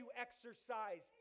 exercise